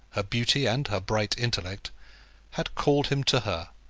her beauty, and her bright intellect had called him to her,